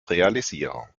realisierung